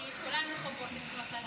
כי כולנו חוות את מה שאנחנו,